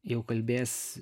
jau kalbės